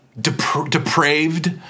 depraved